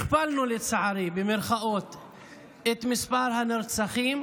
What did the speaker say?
הכפלנו, לצערי, את מספר הנרצחים,